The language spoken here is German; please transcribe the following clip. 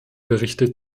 berichte